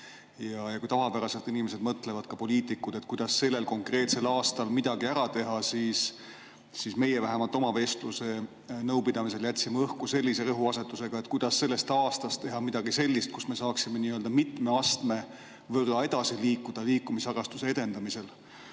Kui tavapäraselt inimesed mõtlevad, ka poliitikud, kuidas sellel konkreetsel aastal midagi ära teha, siis meie oma vestlusel või nõupidamisel jätsime õhku sellise rõhuasetuse, kuidas teha sellest aastast midagi sellist, kus me saaksime nii‑öelda mitme astme võrra edasi liikuda liikumisharrastuse edendamisel.